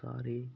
ਸਾਰੇ